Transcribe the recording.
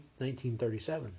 1937